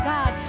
God